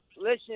Listen